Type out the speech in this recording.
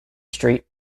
street